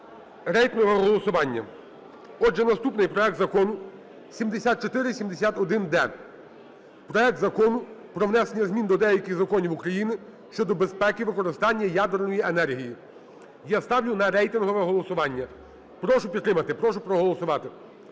рейтингове голосування. Отже, наступний проект закону 7471-д - проект Закону про внесення змін до деяких законів України щодо безпеки використання ядерної енергії. Я ставлю на рейтингове голосування. Прошу підтримати, прошу проголосувати